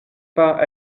pas